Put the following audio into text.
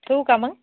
ठेवू का मग